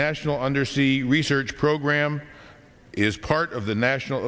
national undersea research program is part of the national